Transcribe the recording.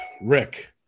Rick